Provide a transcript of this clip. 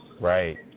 Right